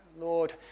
Lord